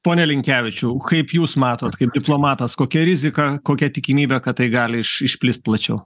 pone linkevičiau kaip jūs matot kaip diplomatas kokia rizika kokia tikimybė kad tai gali iš išplist plačiau